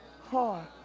heart